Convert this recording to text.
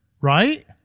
right